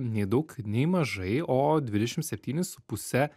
nei daug nei mažai o dvidešim septynis su puse